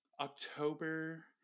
october